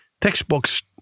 textbooks